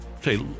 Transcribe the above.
Say